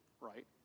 right